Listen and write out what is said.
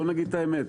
בוא נגיד את האמת,